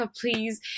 please